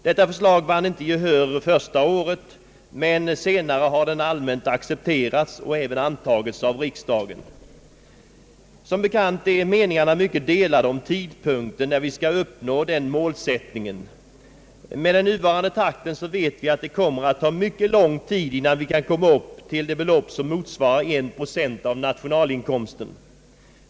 Detta förslag vann inte gehör första året, men senare har det allmänt accepterats och även antagits av riksdagen. Som bekant är meningarna mycket de lade om tidpunkten när vi skall uppnå den målsättningen. Med den nuvarande takten vet jag att det kommer att ta mycket lång tid innan vi kan nå upp till det belopp som motsvarar en procent av nationalinkomsten.